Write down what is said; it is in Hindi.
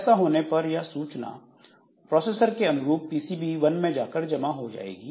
ऐसा होने पर यह सूचना प्रोसेसर के अनुरूप पीसीबी वन में जाकर जमा हो जाएगी